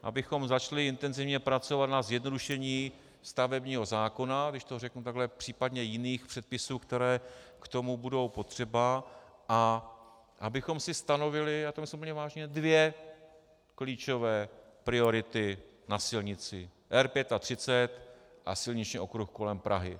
Abychom začali intenzivně pracovat na zjednodušení stavebního zákona, když to řeknu takhle, případně jiných předpisů, které k tomu budou potřeba, a abychom si stanovili dvě klíčové priority na silnici: R35 a silniční okruh kolem Prahy.